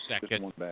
second